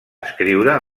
escriure